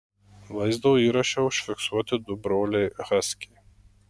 vaizdo įraše užfiksuoti du broliai haskiai